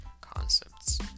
concepts